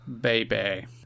Baby